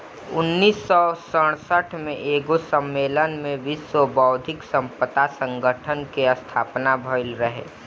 उन्नीस सौ सड़सठ में एगो सम्मलेन में विश्व बौद्धिक संपदा संगठन कअ स्थापना भइल रहे